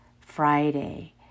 Friday